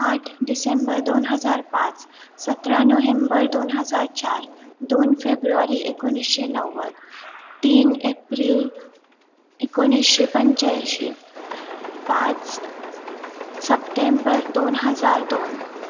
आठ डिसेंबर दोन हजार पाच सतरा नोहेंबर दोन हजार चार दोन फेब्रुवारी एकोणीसशे नव्वद तीन एप्रिल एकोणीसशे पंच्याऐंशी पाच सप्टेंबर दोन हजार दोन